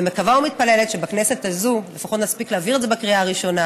ומקווה ומתפללת שבכנסת הזאת לפחות נספיק להעביר את זה בקריאה הראשונה